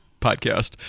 podcast